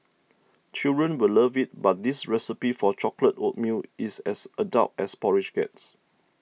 children will love it but this recipe for chocolate oatmeal is as adult as porridge gets